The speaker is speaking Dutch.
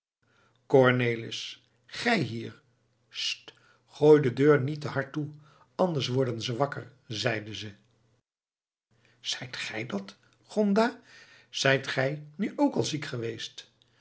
cornelis gij hier sst gooi de deur niet te hard toe anders worden ze wakker zeide ze zijt gij dat gonda zijt gij nu ook al ziek geweest